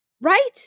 right